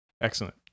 Excellent